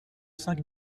cinq